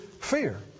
fear